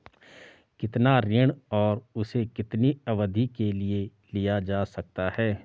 कितना ऋण और उसे कितनी अवधि के लिए लिया जा सकता है?